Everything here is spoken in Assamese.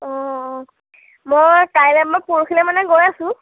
অ অ মই কাইলৈ মই পৰহিলৈ মানে গৈ আছোঁ